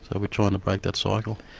so we're trying to break that cycle.